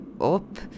up